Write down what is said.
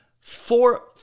four